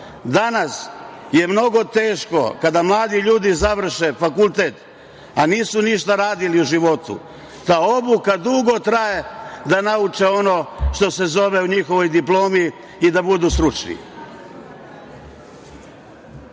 Danas je mnogo teško kada mladi ljudi završe fakultet, a nisu ništa radili u životu, ta obuka dugo traje da nauče ono što se zove u njihovoj diplomi i da budu stručni.